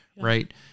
right